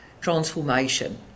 transformation